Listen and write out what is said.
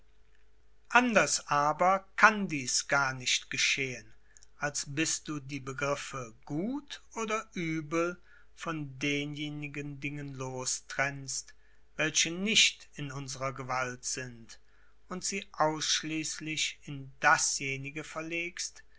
anders aber kann dieß gar nicht geschehen als bis du die begriffe gut oder uebel von denjenigen dingen lostrennst welche nicht in unserer gewalt sind und sie ausschließlich in dasjenige verlegst